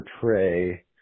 portray